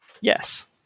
Yes